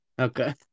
Okay